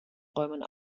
räumen